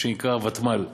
מה שנקרא ותמ"ל,